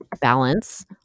balance